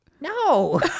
No